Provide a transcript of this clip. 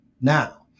now